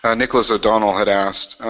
ah nicholas o'donnell had asked,